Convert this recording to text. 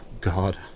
God